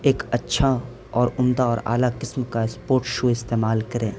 ایک اچھا اور عمدہ اور اعلیٰ قسم کا اسپوٹ شو استعمال کریں